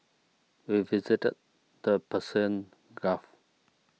we visited the Persian Gulf